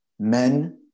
men